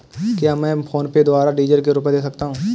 क्या मैं फोनपे के द्वारा डीज़ल के रुपए दे सकता हूं?